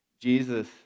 Jesus